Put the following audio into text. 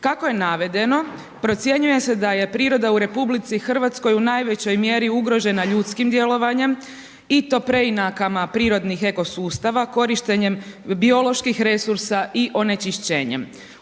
Kako je navedeno procjenjuje se da je priroda u RH u najvećoj mjeri ugrožena ljudskim djelovanjem i to preinakama prirodnih eko sustava, korištenjem bioloških resursa i onečišćenjem.